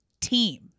team